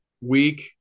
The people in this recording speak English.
Week